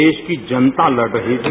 देश की जनता लड़ रही थी